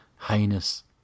heinous